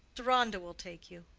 deronda will take you,